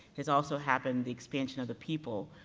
it's also happened, the expansion of the people,